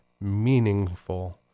meaningful